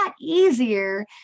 easier